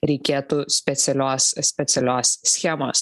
reikėtų specialios specialios schemos